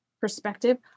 perspective